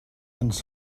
ens